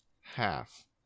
half